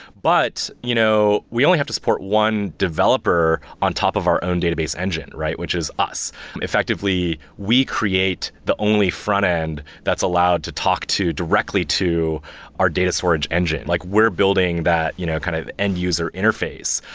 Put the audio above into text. but you know we only have to support one developer on top of our own database engine, right? which is us effectively, we create create the only front-end that's allowed to talk to directly to our data storage engine. like we're building that you know kind of end-user interface.